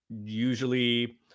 usually